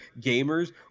gamers